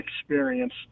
experience